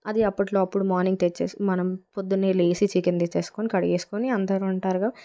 అది అప్పట్లో అప్పుడు మార్నింగ్ తెచ్చేసు మనం పొద్దున్నే లేచి చికెన్ తెచ్చేసుకుని కడిగేసుకొని అందరూ ఉంటారుగా